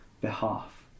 behalf